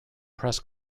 press